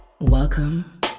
Welcome